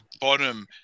bottom